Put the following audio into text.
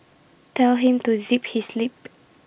tell him to zip his lip